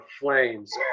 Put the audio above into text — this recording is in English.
flames